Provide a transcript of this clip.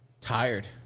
Tired